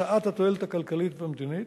השאת התועלת הכלכלית והמדינית,